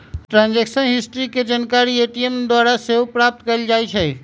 transaction history के जानकारी ATM द्वारा सेहो प्राप्त कएल जाइ छइ